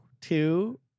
Two